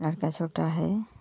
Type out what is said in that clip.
लड़का छोटा है